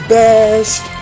best